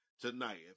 tonight